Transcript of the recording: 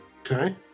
Okay